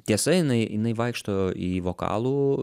tiesa jinai jinai vaikšto į vokalų